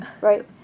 right